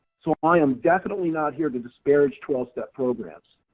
so i am definitely not here to disparage twelve step programs.